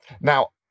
Now